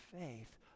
faith